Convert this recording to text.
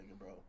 bro